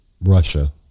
Russia